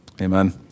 Amen